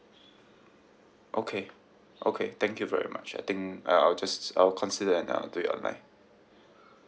okay okay thank you very much I think uh I'll just I'll consider and I'll do it online